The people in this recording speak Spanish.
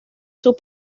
sus